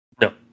No